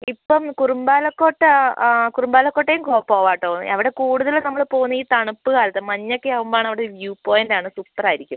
ഇപ്പം കുറുമ്പാലക്കോട്ട കുറുമ്പാലക്കോട്ടയും പോവാം കേട്ടോ അവിടെ കൂടുതൽ നമ്മൾ പോകുന്നത് ഈ തണുപ്പ് കാലത്താണ് മഞ്ഞൊക്കെ ആവുമ്പോഴാണ് അവിടെ വ്യൂ പോയിൻ്റാണ് സൂപ്പറായിരിക്കും